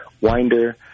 Winder